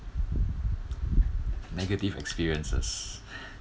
negative experiences